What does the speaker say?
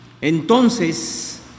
Entonces